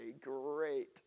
great